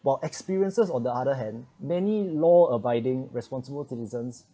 while experiences on the other hand many law abiding responsible citizens